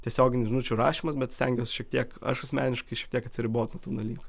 tiesioginių žinučių rašymas bet stengiuos šiek tiek aš asmeniškai šiek tiek atsiribot nuo tų dalykų